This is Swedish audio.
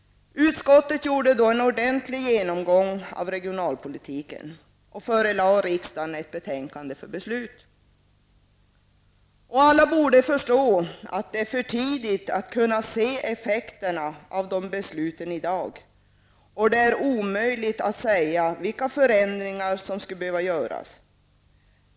Utskottet gjorde då en ordentlig genomgång av regionalpolitiken och förelade riksdagen ett betänkande för beslut. Alla borde förstå att det är för tidigt att kunna se effekterna av de besluten i dag och att det är omöjligt att säga vilka förändringar som skulle behöva göras.